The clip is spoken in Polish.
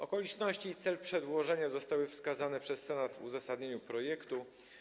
Okoliczności i cel przedłożenia zostały wskazane przez Senat w uzasadnieniu projektu.